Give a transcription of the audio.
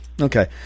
Okay